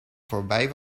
voorbij